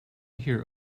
here